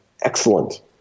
Excellent